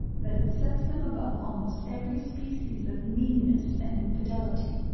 that it sets them above almost every species of meanness and infidelity.